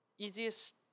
Easiest